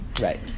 Right